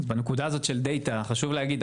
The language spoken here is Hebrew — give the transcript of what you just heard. בנקודה הזאת של דטא חשוב להגיד,